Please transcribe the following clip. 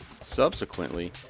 Subsequently